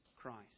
Christ